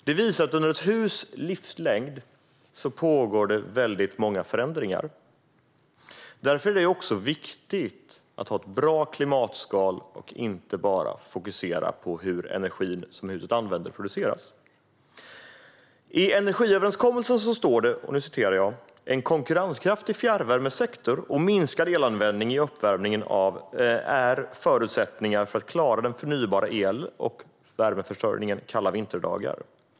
Det visar att under ett hus livslängd pågår väldigt många förändringar. Därför är det viktigt att ha ett bra klimatskal och inte bara fokusera på hur den energi som huset använder produceras. I energiöverenskommelsen står det: En konkurrenskraftig fjärrvärmesektor och minskad elanvändning i uppvärmningen är förutsättningar för att klara den förnybara el och värmeförsörjningen kalla vinterdagar.